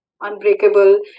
unbreakable